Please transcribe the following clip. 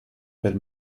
per